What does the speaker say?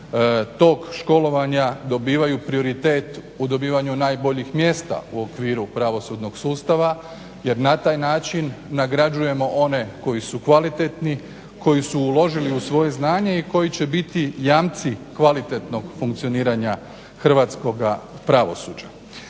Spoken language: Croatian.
tog školovanja dobivaju prioritet u dobivanju najboljih mjesta u okviru pravosudnog sustava jer na taj način nagrađujemo one koji su kvalitetni, koji su uložili u svoje znanje i koji će biti jamci kvalitetnog funkcioniranja Hrvatskoga pravosuđa.